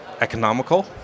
economical